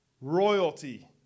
Royalty